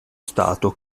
stato